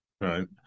Right